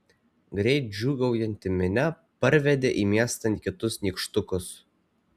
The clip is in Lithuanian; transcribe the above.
greit džiūgaujanti minia parvedė į miestą kitus nykštukus